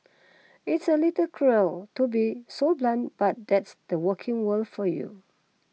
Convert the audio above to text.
it's a little cruel to be so blunt but that's the working world for you